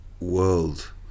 world